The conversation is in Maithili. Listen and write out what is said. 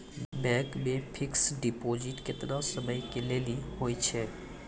बैंक मे फिक्स्ड डिपॉजिट केतना समय के लेली होय छै?